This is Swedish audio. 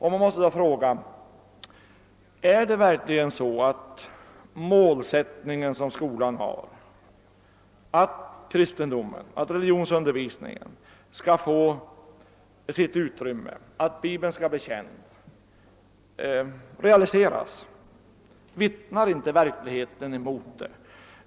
Man måste då fråga: är det verkligen så att skolans målsättning när det gäller kristendomsundervisningen och religionsundervisningen — att Bibeln skall bli känd — realiseras? Vittnar inte verkligheten om någonting annat?